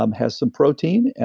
um has some protein,